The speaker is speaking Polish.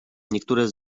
niektóre